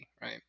Right